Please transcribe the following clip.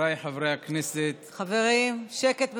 חבריי חברי הכנסת, חברים, שקט בבקשה.